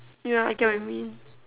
ya I get what you mean